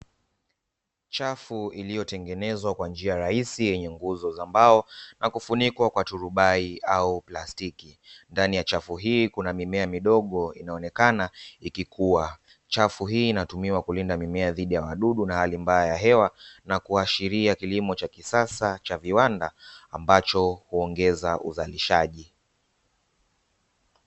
Chafu iliyotengenezwa kwa njia rahisi yenye nguzo za mbao na kufunikwa kwa turubai au plastiki. Ndani ya chafu hii kuna mimea midogo inaonekana ikikua. Chafu hii inatumiwa kulinda mimea dhidi ya wadudu na hali mbaya ya hewa, na kuashiria kilimo cha kisasa cha viwanda, ambacho huongeza uzalishaji.